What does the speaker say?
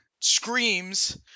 screams